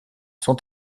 sont